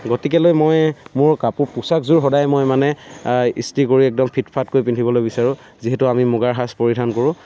গতিকে লৈ মই মোৰ কাপোৰ পোছাকযোৰ সদায় মই মানে ইস্ত্ৰি কৰি একদম ফিটফাটকৈ পিন্ধিবলৈ বিচাৰোঁ যিহেতু আমি মুগাৰ সাজ পৰিধান কৰোঁ